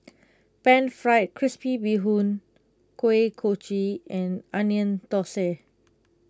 Pan Fried Crispy Bee Hoon Kuih Kochi and Onion Thosai